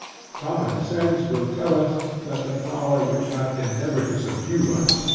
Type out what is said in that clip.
common sense will tell us, that the power which hath endeavoured to subdue us,